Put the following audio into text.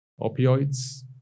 opioids